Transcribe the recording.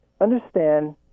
understand